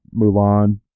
Mulan